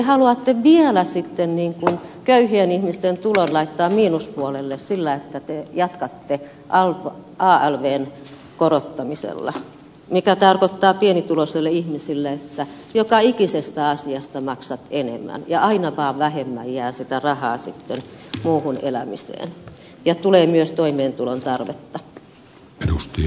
ja te haluatte vielä köyhien ihmisten tulot laittaa miinuspuolelle sillä että te jatkatte alvn korottamisella mikä tarkoittaa pienituloisille ihmisille sitä että joka ikisestä asiasta maksat enemmän ja aina vaan vähemmän jää sitä rahaa sitten muuhun elämiseen ja tulee myös toimeentulon tarvetta